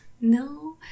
no